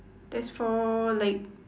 there's four like